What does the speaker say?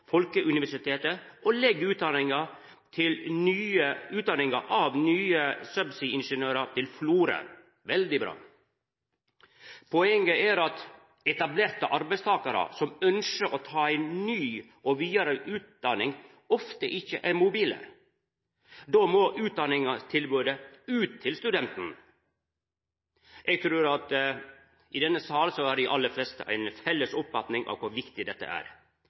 Folkeuniversitetet og legg utdanninga av nye subsea-ingeniørar til Florø – veldig bra. Poenget er at etablerte arbeidstakarar som ønskjer å ta ei ny og vidare utdanning, ofte ikkje er mobile. Då må utdanningstilbodet ut til studenten. Eg trur at i denne salen har dei aller fleste ei felles oppfatning av kor viktig dette er.